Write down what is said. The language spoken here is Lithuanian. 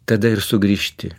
tada ir sugrįžti